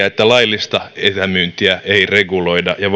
takia että laillista etämyyntiä ei reguloida ja